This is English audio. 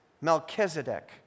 Melchizedek